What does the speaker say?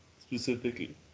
specifically